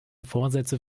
vorsätze